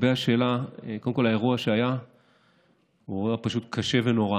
לגבי השאלה, האירוע שהיה הוא אירוע קשה ונורא